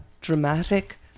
dramatic